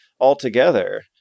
altogether